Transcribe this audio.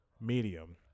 medium